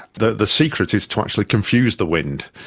the the secret is to actually confuse the wind.